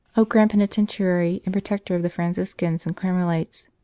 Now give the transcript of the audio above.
of grand penitentiary and protector of the franciscans and carmelites.